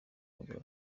bagore